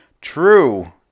true